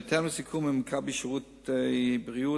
בהתאם לסיכום עם "מכבי שירותי בריאות",